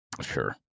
Sure